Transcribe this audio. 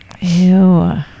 Ew